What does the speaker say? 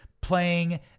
playing